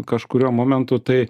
kažkuriuo momentu tai